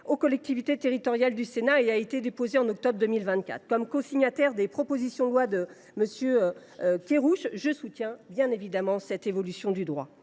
aux collectivités territoriales du Sénat, et a été déposé en octobre 2024. Comme cosignataire de la proposition de loi organique de M. Kerrouche, je soutiens évidemment cette évolution du droit.